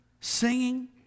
Singing